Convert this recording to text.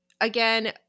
again